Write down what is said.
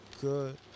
good